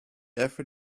ever